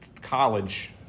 college